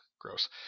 Gross